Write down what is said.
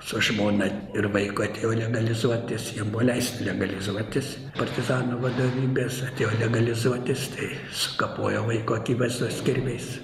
su žmona ir vaiku atėjo legalizuotis jam buvo leista legalizuotis partizanų vadovybės atėjo legalizuotis tai sukapojo vaiko akivaizdoj su kirviais